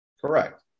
Correct